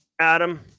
Adam